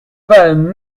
vingt